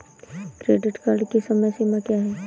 Credit card की समय सीमा क्या है?